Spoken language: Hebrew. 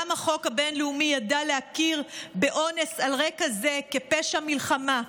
גם החוק הבין-לאומי ידע להכיר באונס על רקע זה כפשע מלחמה,